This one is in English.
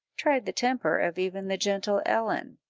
tried the temper of even the gentle ellen.